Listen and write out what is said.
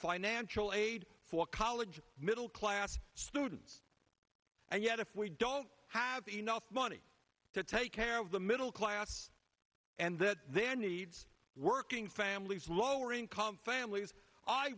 financial aid for college middle class students and yet if we don't have enough money to take care of the middle laughs and that there needs working families lower income families i